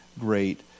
great